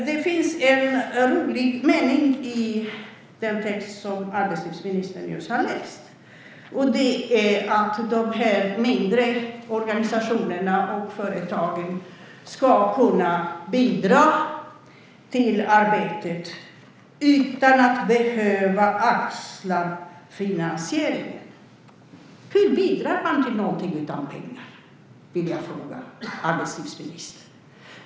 Det finns en rolig mening i den text som arbetslivsministern just har läst upp, och det är att de mindre organisationerna och företagen ska kunna bidra till arbetet "utan att behöva axla ett tungt finansiellt ansvar". Hur bidrar man till någonting utan pengar? Det vill jag fråga arbetslivsministern.